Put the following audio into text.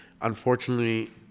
unfortunately